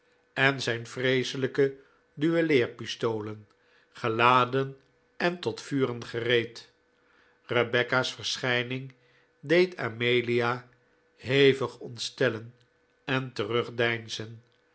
en zijn vreeselijke duelleer pistolen geladen en tot vuren gereed rebecca's verschijning deed amelia hevig ontstellen en terugdeinzen